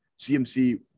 CMC